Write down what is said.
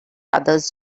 others